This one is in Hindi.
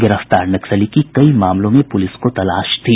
गिरफ्तार नक्सली की कई मामलों में पुलिस को तलाश थी